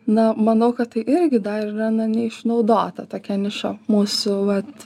na manau kad tai irgi dar yra na neišnaudota tokia niša mūsų vat